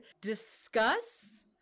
discuss